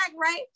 right